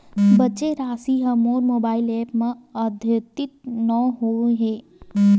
बचे राशि हा मोर मोबाइल ऐप मा आद्यतित नै होए हे